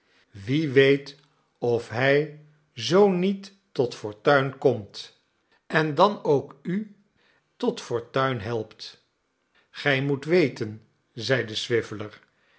wie weet of hij zoo niet tot fortuin komt en dan ook u tot fortuin helpt gij moet weten zeide swiveller